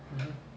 mmhmm